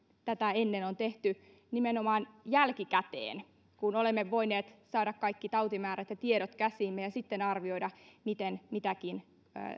tätä ennen tutkimus on tehty nimenomaan jälkikäteen kun olemme voineet saada kaikki tautimäärät ja tiedot käsiimme ja sitten arvioida miten mitäkin